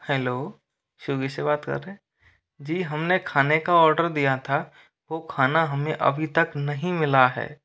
hello Swiggy से बात कर रहे हैं जी हमने खाने का आर्डर दिया था वो खाना हमें अभी तक नहीं मिला है